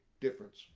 difference